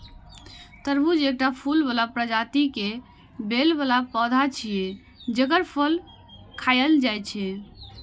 तरबूज एकटा फूल बला प्रजाति के बेल बला पौधा छियै, जेकर फल खायल जाइ छै